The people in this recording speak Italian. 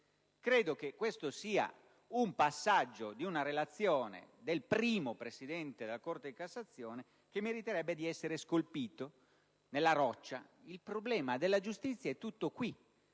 Credo che questo passaggio di una relazione del primo presidente della Corte di cassazione meriterebbe di essere scolpito nella roccia. Il problema della giustizia è tutto qui: